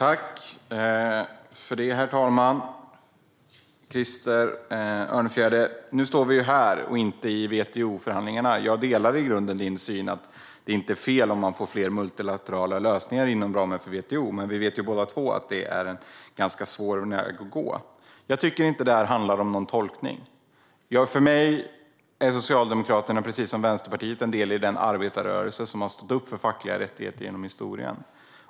Herr talman! Krister Örnfjäder, nu står vi ju här och inte i WTO-förhandlingarna. Jag delar i grunden din syn att det inte är fel om man får fler multilaterala lösningar inom ramen för WTO, men vi vet båda två att det är en ganska svår väg att gå. Jag tycker inte att detta handlar om tolkning. För mig är Socialdemokraterna precis som Vänsterpartiet en del av den arbetarrörelse som har stått upp för fackliga rättigheter genom historien.